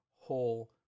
whole